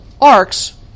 arcs